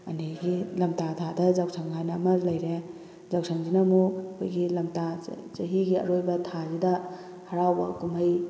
ꯑꯗꯒꯤ ꯂꯝꯇꯥ ꯊꯥꯗ ꯌꯥꯎꯁꯪ ꯍꯥꯏꯅ ꯑꯃ ꯂꯩꯔꯦ ꯌꯥꯎꯁꯪꯁꯤꯅ ꯃꯨꯛ ꯑꯩꯈꯣꯏꯒꯤ ꯂꯝꯇꯥ ꯆꯍꯤꯒꯤ ꯑꯔꯣꯏꯕ ꯊꯥꯁꯤꯗ ꯍꯔꯥꯎꯕ ꯀꯨꯝꯍꯩ